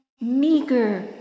meager